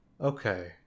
Okay